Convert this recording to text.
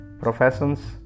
Professions